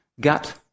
gut